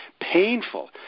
painful